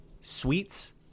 sweets